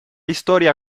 historia